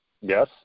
Yes